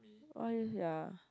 why this sia